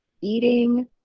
eating